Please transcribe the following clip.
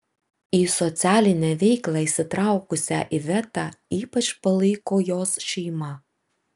į socialinę veiklą įsitraukusią ivetą ypač palaiko jos šeima